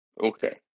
Okay